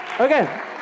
Okay